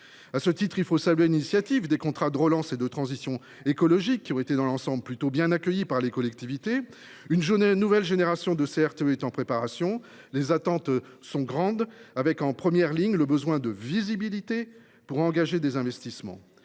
de vue, il faut saluer l’initiative des contrats de relance et de transition écologique (CRTE), qui a été dans l’ensemble plutôt bien accueillie par les collectivités. Une nouvelle génération de CRTE est en préparation. Les attentes sont grandes, car, en particulier, les collectivités ont besoin de visibilité pour engager des investissements.